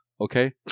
Okay